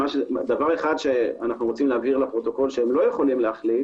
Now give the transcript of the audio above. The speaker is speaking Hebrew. דבר אחד שאנחנו רוצים להבהיר לפרוטוקול שהם לא יכולים להחליט